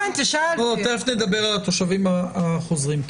תיכף נדבר על התושבים החוזרים.